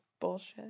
bullshit